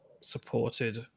supported